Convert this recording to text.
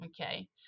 Okay